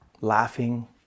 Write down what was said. laughing